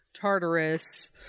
Tartarus